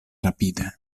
rapide